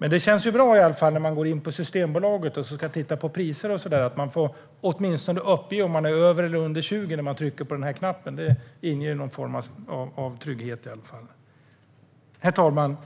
Men det känns i alla fall bra när man går in på Systembolagets hemsida och ska se på priser och så vidare att man åtminstone får uppge om man är över eller under 20 genom att trycka på knappen. Det inger ju någon form av trygghet. Herr talman!